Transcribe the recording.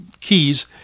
keys